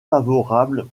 favorables